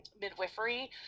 midwifery